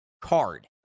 card